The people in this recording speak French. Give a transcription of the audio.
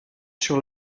sur